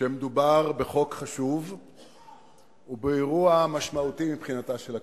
שמדובר בחוק חשוב ובאירוע משמעותי מבחינתה של הכנסת,